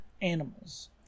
animals